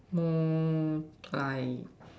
more I